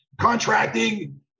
contracting